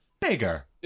bigger